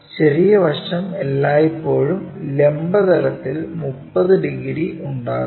ചെറിയ വശം എല്ലായ്പ്പോഴും ലംബ തലത്തിൽ 30 ഡിഗ്രി ഉണ്ടാക്കുന്നു